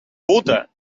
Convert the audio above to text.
puta